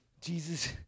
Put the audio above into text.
Jesus